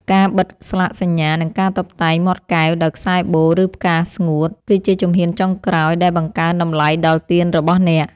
ការបិទស្លាកសញ្ញា និងការតុបតែងមាត់កែវដោយខ្សែបូ ឬផ្កាស្ងួត គឺជាជំហានចុងក្រោយដែលបង្កើនតម្លៃដល់ទៀនរបស់អ្នក។